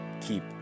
keep